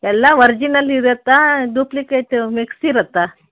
ಎಲ್ಲಾ ವರ್ಜಿನಲ್ ಇರುತ್ತಾ duplicate mix ಇರುತ್ತಾ